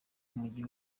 umujyi